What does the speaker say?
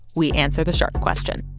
we answer the shark question